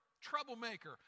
troublemaker